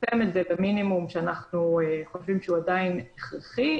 --- המינימום שאנחנו חושבים שהוא עדיין הכרחי,